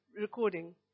recording